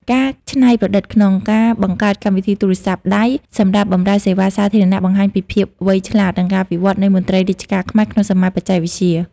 ការច្នៃប្រឌិតក្នុងការបង្កើតកម្មវិធីទូរស័ព្ទដៃសម្រាប់បម្រើសេវាសាធារណៈ បង្ហាញពីភាពវៃឆ្លាត និងការវិវត្តនៃមន្ត្រីរាជការខ្មែរក្នុងសម័យបច្ចេកវិទ្យា។